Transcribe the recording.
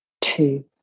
Two